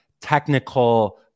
technical